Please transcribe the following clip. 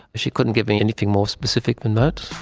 she couldn't give me anything more specific than that.